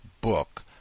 book